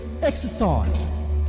exercise